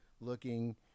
looking